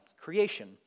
creation